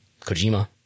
Kojima